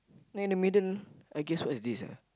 then in the middle I guess what is this ah